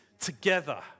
together